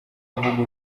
avuga